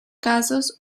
casos